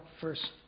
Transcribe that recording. first